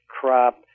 crop